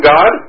God